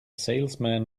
salesman